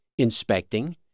inspecting